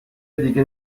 دیگه